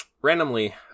randomly